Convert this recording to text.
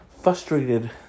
Frustrated